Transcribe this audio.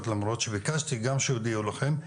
למרות שביקשתי גם שיודיעו לכם,